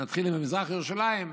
נתחיל ממזרח ירושלים,